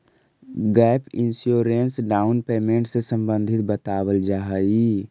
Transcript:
gap insurance down payment से संबंधित बतावल जाऽ हई